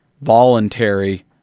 voluntary